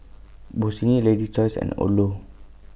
Bossini Lady's Choice and Odlo